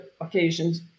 occasions